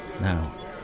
Now